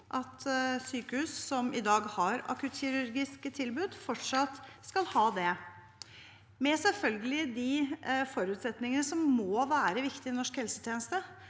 at sykehus som i dag har akuttkirurgisk tilbud, fortsatt skal ha det, selvfølgelig med de forutsetningene som må være viktige i norsk helsetjeneste